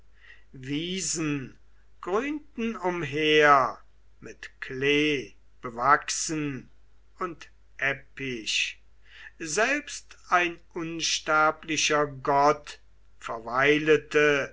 wiesen grünten umher mit klee bewachsen und eppich selbst ein unsterblicher gott